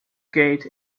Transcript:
gate